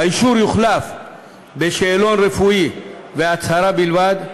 האישור יוחלף בשאלון רפואי והצהרה בלבד,